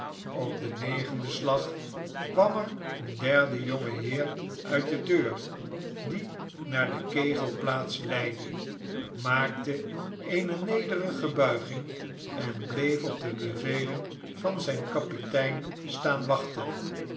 op den negenden slag kwam er een derde jonge heer uit de deur die naar de kegelplaats leidde maakte eene nederige buiging en bleef op de bevelen van zijn kapitein staan wachten